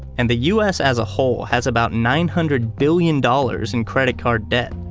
and the us as a whole has about nine hundred billion dollars in credit card debt.